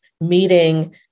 meeting